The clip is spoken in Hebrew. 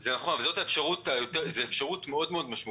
נכון, זאת אפשרות משמעותית מאוד.